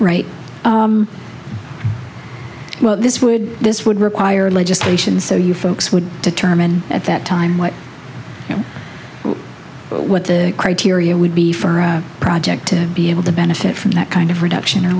right well this would this would require legislation so you folks would determine at that time what you what the criteria would be for a project to be able to benefit from that kind of reduction